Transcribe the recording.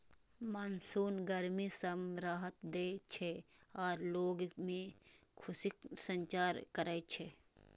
monsoon गर्मी सं राहत दै छै आ लोग मे खुशीक संचार करै छै